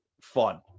fun